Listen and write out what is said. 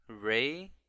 Ray